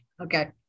Okay